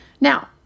Now